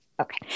okay